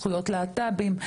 זכויות להט"בים,